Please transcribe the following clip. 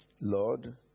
Lord